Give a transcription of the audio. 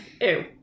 Ew